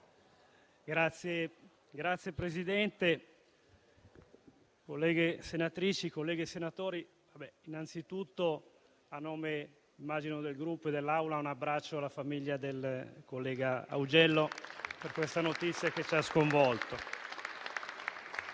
Signor Presidente, colleghe senatrici, colleghi senatori, innanzi tutto, a nome del Gruppo e, immagino, dell'Assemblea, un abbraccio alla famiglia del collega Augello per questa notizia che ci ha sconvolto.